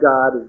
God